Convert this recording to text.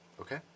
okay